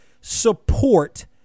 support